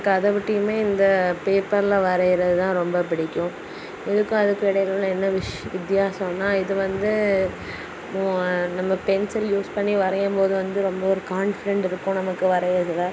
எனக்கு அதை விட்டயுமே இந்த பேப்பர்ல வரைகிறது தான் ரொம்ப பிடிக்கும் இதுக்கும் அதுக்கும் இடையில் என்ன விஷ் வித்தியாசம்னால் இது வந்து நம்ம பென்சில் யூஸ் பண்ணி வரையும்போது வந்து ரொம்ப ஒரு கான்ஃபிடெண்ட் இருக்கும் நமக்கு வரைகிறதுல